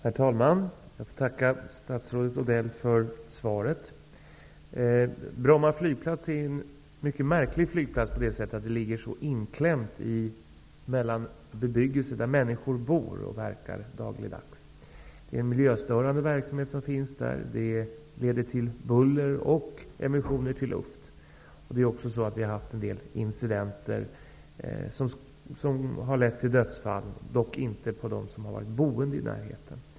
Herr talman! Jag får tacka statsrådet Odell för svaret. Bromma flygplats är en mycket märklig flygplats, på det sättet att den ligger så inklämd i bebyggelsen, där människor bor och verkar dagligdags. Det är en miljöstörande verksamhet. Den leder till buller och emissioner till luft. Det har också varit en del incidenter som lett till dödsfall, dock inte bland dem som bor i närheten.